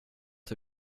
hur